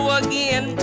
again